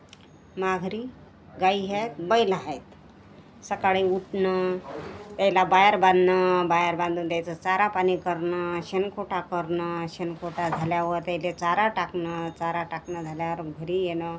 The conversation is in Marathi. माय घरी गाई आहेत बैलं आहेत सकाळी उठणं त्यायला बाहेर बांधणं बाहेर बांधून त्याचं चारापाणी करणं शेनखोटा करणं शेनखोटा झाल्यावर त्यायले चारा टाकणं चारा टाकणं झाल्यावर घरी येणं